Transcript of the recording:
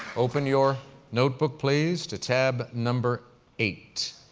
open your notebook please to tab number eight.